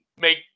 Make